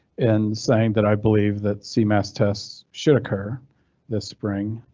and saying that i believe that cmas tests should occur this spring.